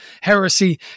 heresy